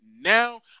Now